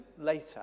later